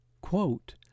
Quote